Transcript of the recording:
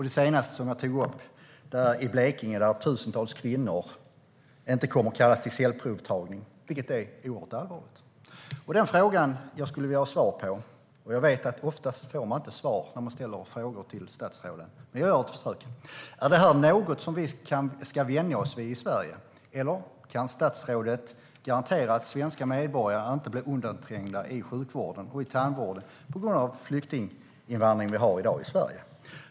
Det senaste som jag tog upp var att tusentals kvinnor i Blekinge inte kommer att kallas till cellprovtagning, vilket är oerhört allvarligt. Jag vet att man oftast inte får svar när man ställer frågor till statsråden, men jag gör ett försök. Den fråga som jag vill ha svar på är: Är detta något som vi ska vänja oss vid i Sverige, eller kan statsrådet garantera att svenska medborgare inte blir undanträngda i sjukvården och i tandvården på grund av den flyktinginvandring som vi i dag har till Sverige?